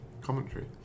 commentary